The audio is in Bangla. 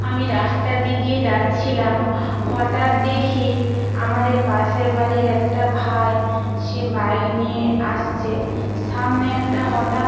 আমি রাস্তার দিকে যাচ্ছিলাম হটাৎ দেখি আমাদের পাশের বাড়ির একটা ভাই সে বাইক নিয়ে আসছে সামনে একটা হটাৎ